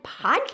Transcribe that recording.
podcast